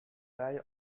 rely